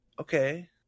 okay